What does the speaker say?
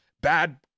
bad